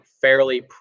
fairly